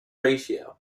ratio